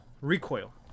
recoil